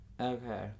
okay